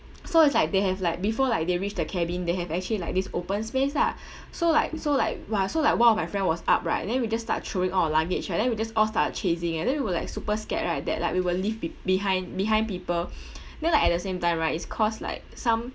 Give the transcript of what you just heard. so it's like they have like before like they reach the cabin they have actually like this open space lah so like so like !wah! so like one of my friend was up right and then we just start throwing all our luggage right then we just all started chasing and then we were like super scared right that like we will leave peop~ behind behind people then like at the same time right it's cause like some